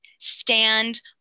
stand